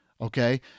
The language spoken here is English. okay